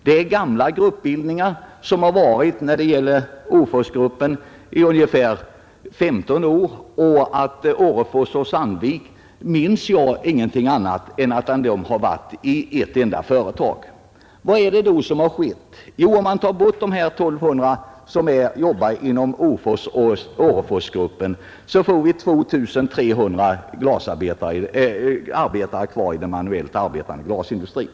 Det är gamla gruppbildningar — Åforsgruppen har existerat i femton år, och vad beträffar Orrefors och Sandviken har dessa så långt tillbaka som jag kan minnas utgjort ett enda företag. Vad är det då som skett? Om man räknar bort de 1 200 som jobbar inom Åforsoch Orreforsgrupperna, finns det 2 300 glasarbetare inom den manuellt arbetande glasindustrin.